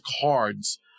cards